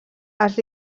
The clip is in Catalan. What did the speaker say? els